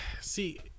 see